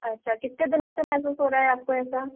अच्छा कितने दिनों से महसूस हो रहा है आपको ऐसा